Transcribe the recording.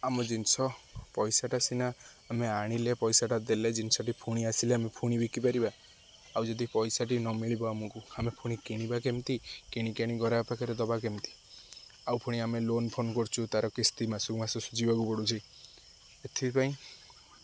ଆମ ଜିନିଷ ପଇସାଟା ସିନା ଆମେ ଆଣିଲେ ପଇସାଟା ଦେଲେ ଜିନିଷଟି ପୁଣି ଆସିଲେ ଆମେ ପୁଣି ବିକିପାରିବା ଆଉ ଯଦି ପଇସାଟି ନମିଳିବ ଆମକୁ ଆମେ ପୁଣି କିଣିବା କେମିତି କିଣିକାଣି ଘର ପାଖରେ ଦବା କେମିତି ଆଉ ପୁଣି ଆମେ ଲୋନ୍ଫୋନ୍ କରୁଛୁ ତାର କିସ୍ତି ମାସକୁ ମାସ ଶୁଝିବାକୁ ପଡ଼ୁଛି ଏଥିପାଇଁ